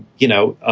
you know, ah